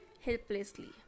helplessly